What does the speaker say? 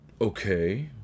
Okay